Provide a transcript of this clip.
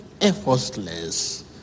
effortless